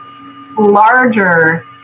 larger